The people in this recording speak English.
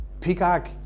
Peacock